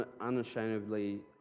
unashamedly